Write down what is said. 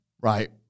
right